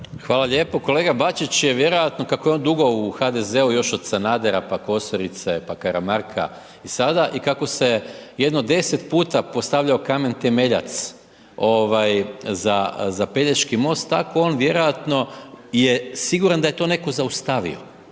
Hvala lijepo. Kolega Bačić je vjerojatno kako je on dugo u HDZ-u, još od Sanadera, pa Kosorice, pa Kramarka i sada i kako se jedno 10 puta postavljao kamen temeljac, za Pelješki most, tako on vjerojatno je siguran da je to netko zaustavio.